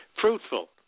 fruitful